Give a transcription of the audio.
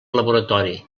laboratori